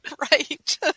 Right